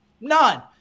none